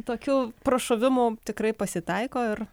tokių prašovimų tikrai pasitaiko ir